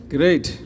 Great